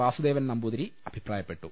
വാസുദേവൻ നമ്പൂതിരി അഭിപ്രായപ്പെട്ടു